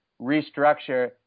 restructure